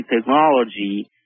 technology